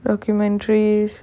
documentaries